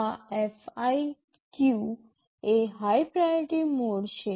આ FIQ એ high priority mode છે